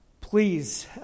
please